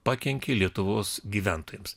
pakenkė lietuvos gyventojams